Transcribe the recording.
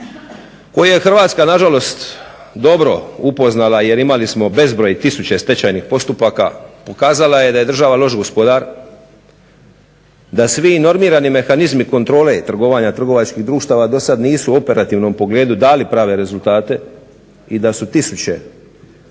koju je Hrvatska nažalost dobro upoznala jer imali smo bezbroj tisuće stečajnih postupaka pokazala je da je država loš gospodar, da svi normirani mehanizmi kontrole i trgovanja trgovačkih društava dosad nisu u operativnom pogledu dali prave rezultate i da su tisuće